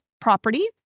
property